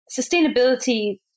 sustainability